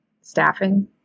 staffing